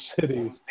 cities